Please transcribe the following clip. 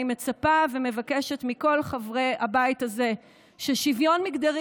אני מצפה ומבקשת מכל חברי הבית הזה ששוויון מגדרי